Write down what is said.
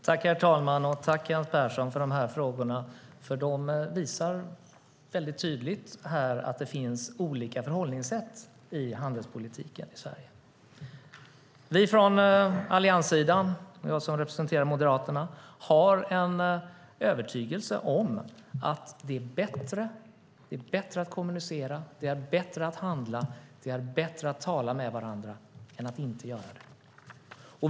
Herr talman! Jag tackar Kent Persson för frågorna som väldigt tydligt visar att det finns olika förhållningssätt i Sverige till handelspolitiken. Vi från allianssidan och jag som representerar Moderaterna har en övertygelse om att det är bättre att kommunicera, handla och tala med varandra än att inte göra det.